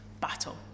battle